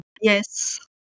Yes